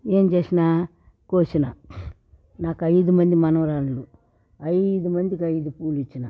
ఏం చేసిన కోసిన నాకు ఐదు మంది మనుమరాళ్ళు ఐదు మందికి ఐదు పూలు ఇచ్చిన